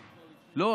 לך.